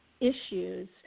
issues